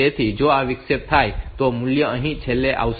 તેથી જો આ વિક્ષેપ થાય તો મૂલ્ય અહીં છેલ્લે આવશે